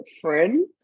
friend